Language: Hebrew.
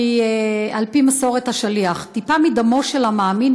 על פי מסורת השליח: טיפה מדמו של המאמין